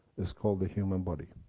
it's called the human body.